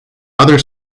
other